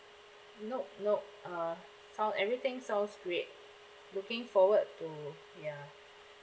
nope nope uh sound everything sounds great looking forward to ya